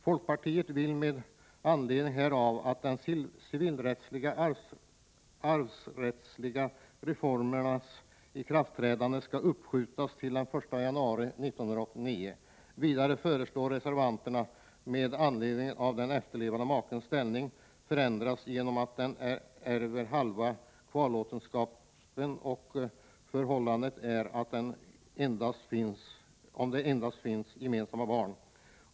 Folkpartiet vill att de civilrättsliga och arvsrättsliga reformernas ikraftträdande skall uppskjutas till den 1 januari 1989. Vidare framhåller reservanterna att den efterlevande makens ställning förändras genom att denne ärver hela kvarlåtenskapen, om det endast finns gemensamma barn.